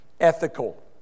ethical